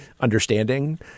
understanding